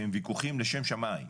שהם ויכוחים לשם שמיים.